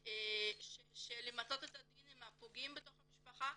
החוק למצות את הדין עם הפוגעים בתוך המשפחה